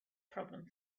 problem